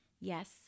Yes